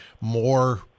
more